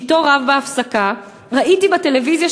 שאתו רב בהפסקה: 'ראיתי בטלוויזיה